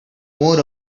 more